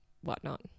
whatnot